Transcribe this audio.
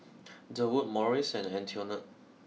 Durwood Morris and Antionette